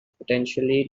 potentially